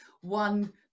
one